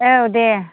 औ दे